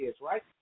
right